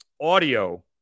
audio